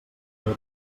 però